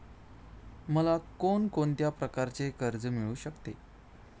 मला कोण कोणत्या प्रकारचे कर्ज मिळू शकते?